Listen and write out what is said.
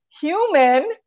human